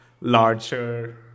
larger